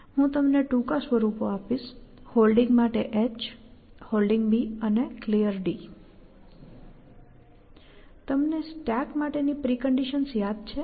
હું તમને ટૂંકા સ્વરૂપો આપીશ Holding માટે h Holding અને Clear તમને stack માટેની પ્રિકન્ડિશન યાદ છે